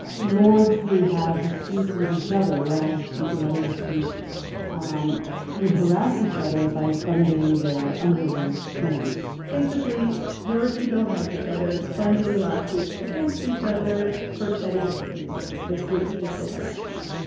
ah lords who had disputes with each other land disputes and other disputes um would harass each other by funding their underlings' claims basically, lords who don't like each other funding lawsuits against each other for petty reasons basically judicial harassment.